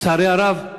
לצערי הרב,